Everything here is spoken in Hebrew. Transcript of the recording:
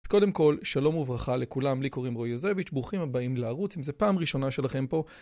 אז קודם כל שלום וברכה לכולם, לי קוראים רועי יוזביץ', ברוכים הבאים לערוץ אם זו פעם ראשונה שלכם פה.